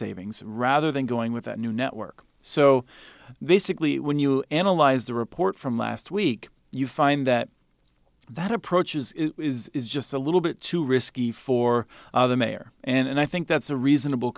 savings rather than going with that new network so basically when you analyze the report from last week you find that that approach is just a little bit too risky for the mayor and i think that's a reasonable